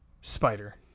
spider